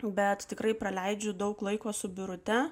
bet tikrai praleidžiu daug laiko su birute